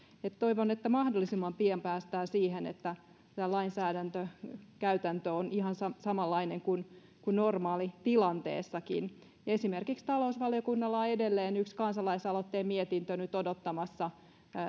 toivon että mahdollisimman pian päästään siihen että tämä lainsäädäntökäytäntö on ihan samanlainen kuin normaalitilanteessakin esimerkiksi talousvaliokunnalla on edelleen yksi kansalaisaloitteen mietintö odottamassa